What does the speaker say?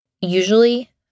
usually